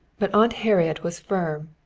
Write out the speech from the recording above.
but aunt harriet was firm.